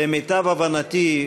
למיטב הבנתי,